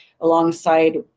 alongside